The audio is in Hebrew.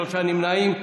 שלושה נמנעים.